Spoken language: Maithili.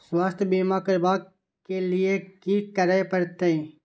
स्वास्थ्य बीमा करबाब के लीये की करै परतै?